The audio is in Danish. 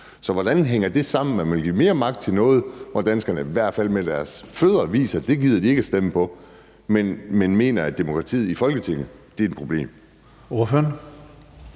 Så hvordan hænger det sammen, at man vil give mere magt til noget, som danskerne i hvert fald viser at de ikke gider stemme til, men at man mener, at demokratiet i Folketinget er et problem?